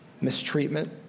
mistreatment